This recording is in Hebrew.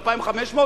2,500 שקל?